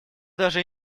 даже